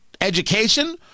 education